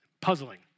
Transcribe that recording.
puzzling